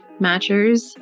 Matchers